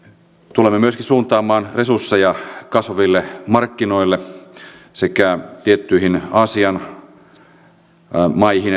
tulemme myöskin suuntaamaan resursseja kasvaville markkinoille sekä tiettyihin aasian maihin